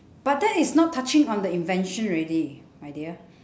but that is not touching on the invention already my dear